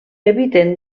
habiten